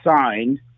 signed